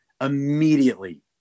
immediately